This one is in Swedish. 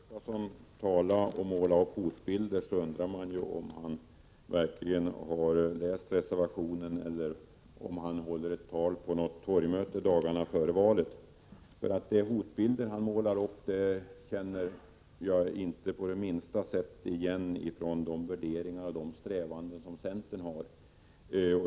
SUN Herr talman! När man hör Stig Gustafsson tala och måla hotbilder undrar Ocksiredser man om han verkligen har läst reservationen eller om han håller tal på ett torgmöte dagarna före valet. De hotbilder han målar upp känner jag inte på minsta sätt igen från de värderingar och strävanden som centern har.